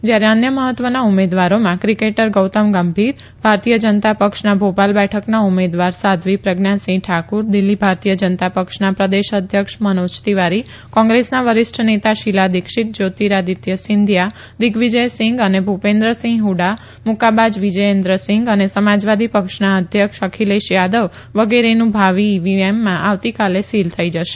જયારે અન્ય મહત્વના ઉમેદવારોમાં ક્રિકેટર ગૌતમ ગંભીર ભારતીય જનતા પક્ષના ભોપાલ બેઠકના ઉમેદવાર સાધ્વી પ્રજ્ઞાસિંહ ઠાકુર દિલ્હી ભારતીય જનતા પક્ષના પ્રદેશ અધ્યક્ષ મનોજ તિવારી કોંગ્રેસના વરિષ્ઠ નેતા શીલા દિક્ષીત જયોતીરાદિત્ય સિંધિયા દિગ્વજયસિંગ અને ભુપેન્દ્રસિંહ હુડા મુકકાબાજ વિજયેન્દ્રસિંગ અને સમાજવાદી પક્ષના અધ્યક્ષ અખિલેશ યાદવ વગેરેનું ભાવી ઈવીએમમાં આવતીકાલે શીલ થઈ જશે